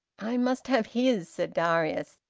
i must have his, said darius.